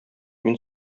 мин